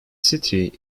city